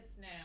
now